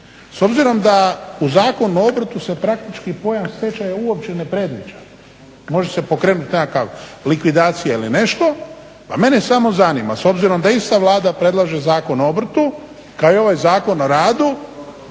S obzirom da u Zakon o obrtu se praktički pojam stečaja uopće ne predviđa. Može se pokrenut nekakav likvidacija ili nešto. Pa mene samo zanima s obzirom da ista Vlada predlaže Zakon o obrtu kao i ovaj Zakon o radu